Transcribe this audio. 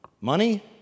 Money